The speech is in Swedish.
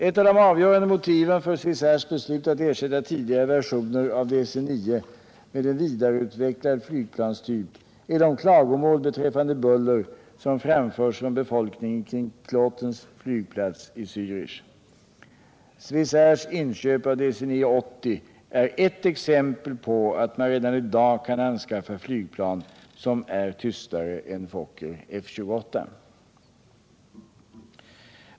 Ett av de avgörande motiven för Swissairs beslut att ersätta tidigare versioner av DC-9 med en vidareutvecklad flygplanstyp är de klagomål beträffande buller som framförts från befolkningen kring Klotens flygplats i Zärich. Swissairs inköp av DC-9-80 är eft exempel på att man redan i dag kan anskaffa flygplan som är tystare än Fokker F-28.